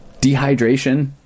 Dehydration